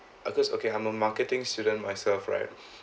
uh cause okay I'm a marketing student myself right